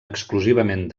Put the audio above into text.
exclusivament